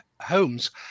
homes